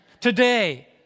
Today